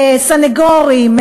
סנגורים,